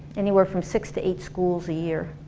anywhere from six to eight schools a year.